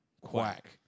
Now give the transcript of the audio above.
quack